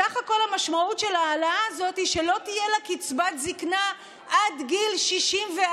בסך הכול המשמעות של ההעלאה הזאת היא שלא תהיה לה קצבת זקנה עד גיל 64,